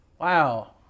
wow